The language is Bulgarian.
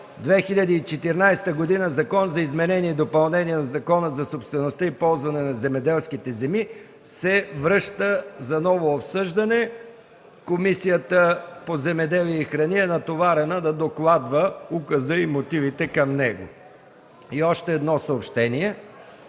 2014 г. Закон за изменение и допълнение на Закона за собствеността и ползването на земеделските земи се връща за ново обсъждане. Комисията по земеделието и храните е натоварена да докладва указа и мотивите към него. Още едно съобщение: